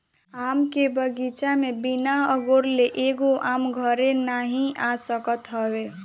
आम के बगीचा में बिना अगोरले एगो आम घरे नाइ आ सकत हवे